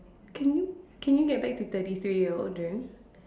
can you can you get back to thirty three year old dream